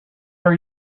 are